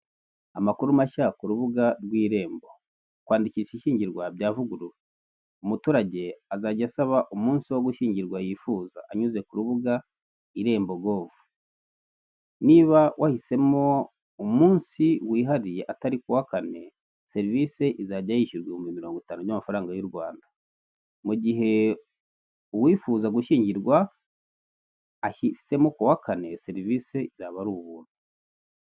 Amakuru mashya ku rubuga rw'irembo, kwandikisha ishyingirwa byavuguruwe, umuturage azajya asaba umunsi wo gushyingirwa yifuza anyuze ku rubuga irembo govu, niba wahisemo umunsi wihariye atari kuwa kane, serivisi izajya yishyurwa ibihumbi mirongo itanu by'amafaranga y'u Rwanda, mu gihe uwifuza gushyingirwa ahisemo kuwa kane, serivisi zaba ari ubuntu.